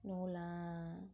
no lah